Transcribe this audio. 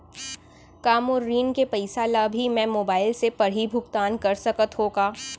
का मोर ऋण के पइसा ल भी मैं मोबाइल से पड़ही भुगतान कर सकत हो का?